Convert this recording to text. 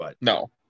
No